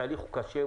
התהליך הוא קשה,